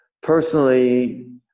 personally